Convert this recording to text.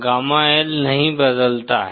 gamma L नहीं बदलता है